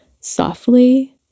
softly